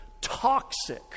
toxic